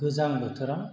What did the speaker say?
गोजां बोथोराव